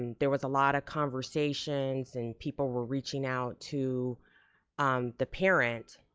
there was a lot of conversations and people were reaching out to um the parent,